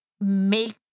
make